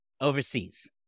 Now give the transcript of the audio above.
overseas